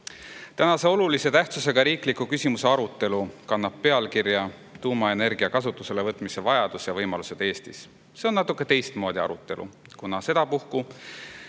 Tänase olulise tähtsusega riikliku küsimuse arutelu kannab pealkirja "Tuumaenergia kasutuselevõtmise vajadus ja võimalused Eestis". See on natuke teistmoodi arutelu, kuna sedapuhku